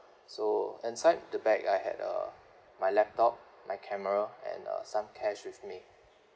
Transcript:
so inside the bag I had uh my laptop my camera and uh some cash with me